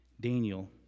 Daniel